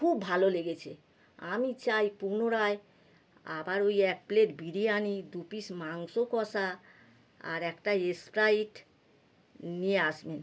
খুব ভালো লেগেছে আমি চাই পুনরায় আবার ওই এক প্লেট বিরিয়ানি দু পিস মাংস কষা আর একটা স্প্রাইট নিয়ে আসবেন